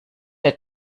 der